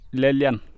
lelian